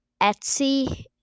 Etsy